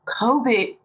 COVID